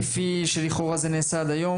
כפי שזה נעשה היום,